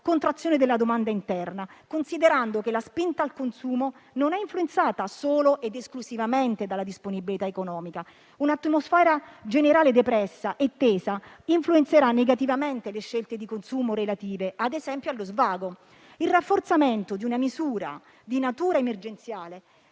contrazione della domanda interna, considerando che la spinta al consumo non è influenzata solo ed esclusivamente dalla disponibilità economica; un'atmosfera generale depressa e tesa influenzerà negativamente le scelte di consumo relative, ad esempio, allo svago. Il rafforzamento di una misura di natura emergenziale